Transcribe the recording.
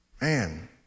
Man